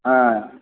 ಹಾಂ